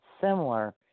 similar